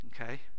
okay